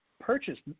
purchased